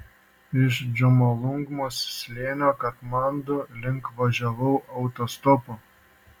iš džomolungmos slėnio katmandu link važiavau autostopu